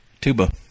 Tuba